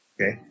Okay